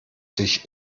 sich